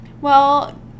Well-